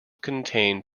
contained